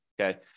okay